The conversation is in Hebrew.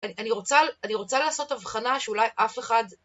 אני רוצה, אני רוצה לעשות הבחנה שאולי אף אחד...